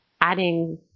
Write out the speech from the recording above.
adding